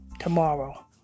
Tomorrow